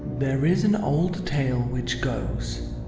there is an old tale which goes,